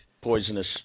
poisonous